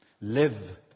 Live